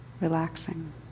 relaxing